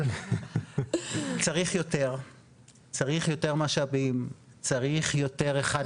אבל צריך יותר משאבים, צריך יותר אחד לאחד.